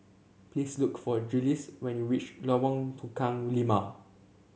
please look for Jiles when you reach Lorong Tukang Lima